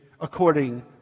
according